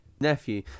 nephew